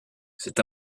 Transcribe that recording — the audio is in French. cet